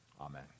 Amen